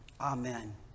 Amen